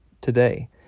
today